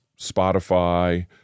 Spotify